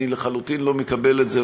אני לחלוטין לא מקבל את זה.